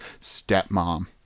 stepmom